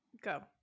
Go